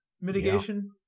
mitigation